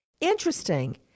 Interesting